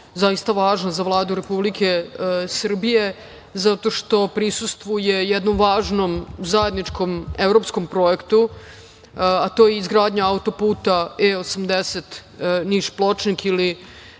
zaista važna za Vladu Republike Srbije zato što prisustvuje jednom važnom, zajedničkom evropskom projektu, a to je izgradnja autoputa E-80, Niš-Pločnik ili